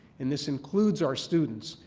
and this includes our students.